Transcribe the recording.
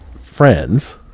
friends